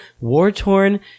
war-torn